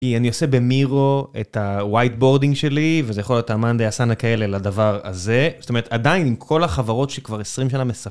אני עושה במירו את ה-whiteboarding שלי, וזה יכול להיות אמנדה, יסנה כאלה לדבר הזה. זאת אומרת, עדיין כל החברות שכבר 20 שנה מספ...